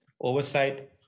oversight